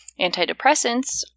Antidepressants